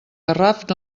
garraf